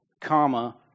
comma